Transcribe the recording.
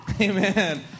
Amen